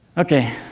ok.